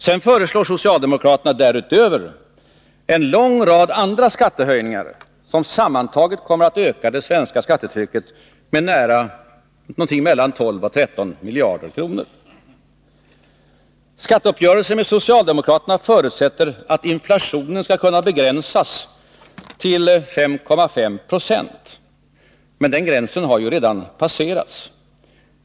Sedan föreslår socialdemokraterna därutöver en lång rad andra skattehöjningar som sammantaget kommer att öka det svenska skattetrycket med mellan 12 och 13 miljarder kronor. Skatteuppgörelsen med socialdemokraterna förutsätter att inflationen skall kunna begränsas till 5,5 26. Men den gränsen har ju redan passerats.